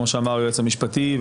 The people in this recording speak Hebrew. כמו שאמר היועץ המשפטי,